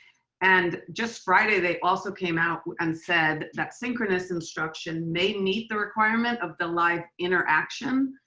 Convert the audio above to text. and just friday they also came out and said that synchronous instruction may meet the requirement of the live interaction,